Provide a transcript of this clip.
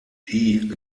die